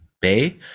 Bay